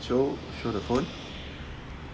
so through the phone